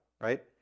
right